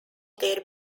their